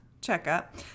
checkup